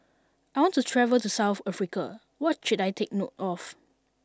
I want to travel to South Africa what should I take note of